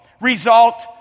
result